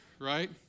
Right